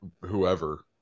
whoever